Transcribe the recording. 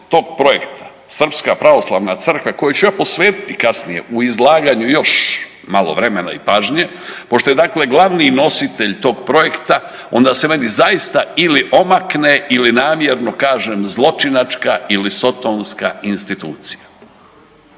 tog projekta Srpska pravoslavna crkva kojoj ću ja posvetiti kasnije u izlaganju još malo vremena i pažnje, pošto je dakle glavni nositelj tog projekta, onda se meni zaista ili omakne ili namjerno kažem, zločinačka ili sotonska institucija.